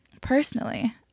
Personally